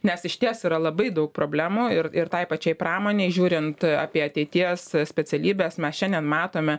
nes išties yra labai daug problemų ir ir tai pačiai pramonei žiūrint apie ateities specialybes mes šiandien matome